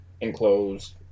enclosed